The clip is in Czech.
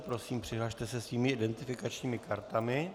Prosím, přihlaste se svými identifikačními kartami.